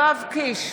נגד יואב קיש,